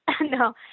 no